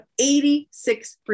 86%